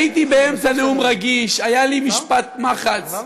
הייתי באמצע נאום רגיש, היה לי משפט מחץ,